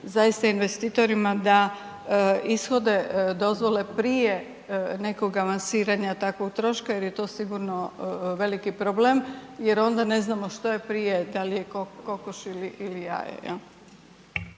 zaista investitorima da ishode dozvole prije nekoga lansiranja takvog troška jer je to sigurno veliki problem, jer onda ne znamo što je prije, dal je kokoš ili jaje.